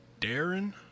Darren